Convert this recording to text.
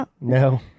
No